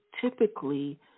typically